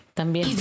también